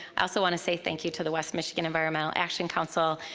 i also wanna say thank you to the west michigan environmental action council.